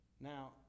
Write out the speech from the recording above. Now